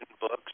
books